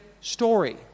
story